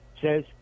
says